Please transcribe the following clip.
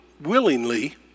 willingly